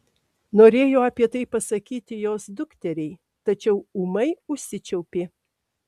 norėjo apie tai pasakyti jos dukteriai tačiau ūmai užsičiaupė